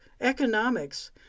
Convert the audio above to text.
economics